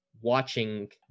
watching